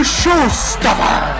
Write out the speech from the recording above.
showstopper